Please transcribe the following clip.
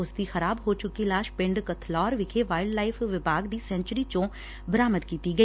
ਉਸ ਦੀ ਖਰਾਬ ਹੋ ਚੂੱਕੀ ਲਾਸ਼ ਪਿੰਡ ਕਬਲੌਰ ਵਿਖੇ ਵਾਈਲਡ ਲਾਈਫ ਵਿਭਾਗ ਦੀ ਸੈਂਚੂਰੀ ਵਿੱਚੋ ਬਰਾਮਦ ਕੀਤਾ ਗਿਆ